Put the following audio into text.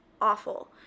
awful